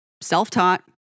self-taught